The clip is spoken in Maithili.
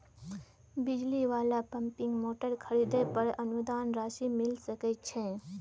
बिजली वाला पम्पिंग मोटर खरीदे पर अनुदान राशि मिल सके छैय?